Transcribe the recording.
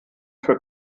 für